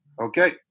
Okay